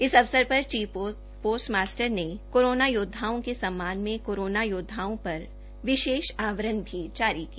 इस अवसर पर चीफ पोस्टमास्टर ने कोरोना योदधाओं सम्मान में कोरोना योदधाओं पर विशेष आवरण भी जारी किया